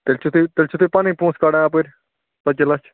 تیٚلہِ چھِو تُہۍ تیٚلہِ چھِو تُہۍ پَنٕنۍ پونٛسہٕ کَڑان اَپٲرۍ رۄپیہِ لچھ